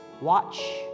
Watch